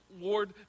Lord